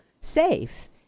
safe